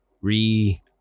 re